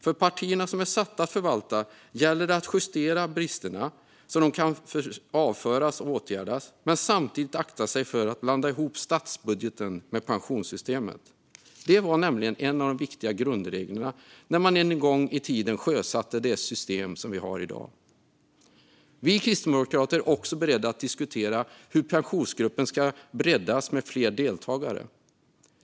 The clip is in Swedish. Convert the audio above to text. För de partier som är satta att förvalta systemet gäller det att justera bristerna, men samtidigt ska vi akta oss för att blanda ihop statsbudgeten med pensionssystemet. Det var nämligen en av de viktiga grundreglerna när man en gång i tiden sjösatte det system vi har i dag. Vi kristdemokrater är också beredda att diskutera hur Pensionsgruppen kan breddas med fler deltagare.